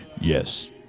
Yes